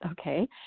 Okay